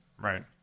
Right